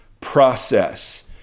process